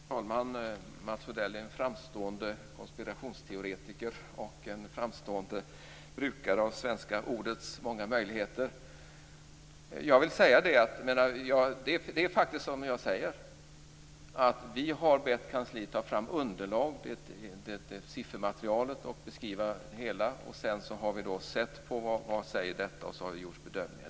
Fru talman! Mats Odell är en framstående konspirationsteoretiker och en framstående brukare av det svenska språkets många möjligheter. Det är faktiskt som jag säger. Vi har bett kansliet att ta fram ett underlag, ett siffermaterial, för att beskriva det hela. Sedan har vi sett vad detta säger oss och gjort bedömningar.